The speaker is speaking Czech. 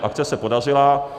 Akce se podařila.